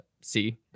see